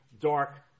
dark